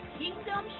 kingdom